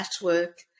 network